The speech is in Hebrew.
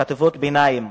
ובחטיבות ביניים